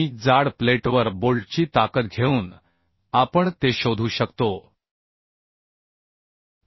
जाड प्लेटवर बोल्टची ताकद घेऊन आपण ते शोधू शकतो 2